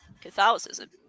Catholicism